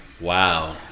wow